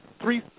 three